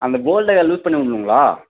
அந்த போல்டை லூஸ் பண்ணி விட்ணுங்களா